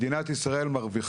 אני מגיע